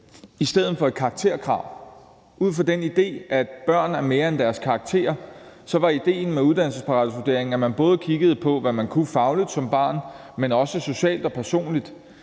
i stedet for et karakterkrav. Og ud fra det, at børn er mere end deres karakterer, var idéen med uddannelsesparathedsvurderingen, at man både kiggede på, hvad man kunne fagligt som barn, men også socialt og personligt.